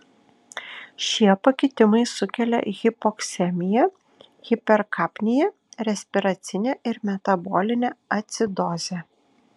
šie pakitimai sukelia hipoksemiją hiperkapniją respiracinę ir metabolinę acidozę